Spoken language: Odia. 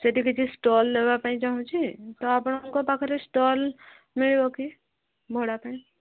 ସେଇଠି କିଛି ଷ୍ଟଲ୍ ନେବା ପାଇଁ ଚାହୁଁଛି ତ ଆପଣଙ୍କ ପାଖରେ ଷ୍ଟଲ୍ ମିଳିବ କି ଭଡ଼ା ପାଇଁ